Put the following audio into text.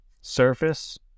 surface